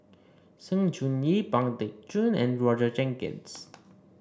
Sng Choon Yee Pang Teck Joon and Roger Jenkins